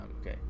okay